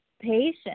patient